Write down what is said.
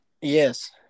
Yes